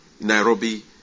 Nairobi